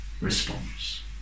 response